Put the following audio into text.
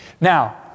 Now